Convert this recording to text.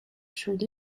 should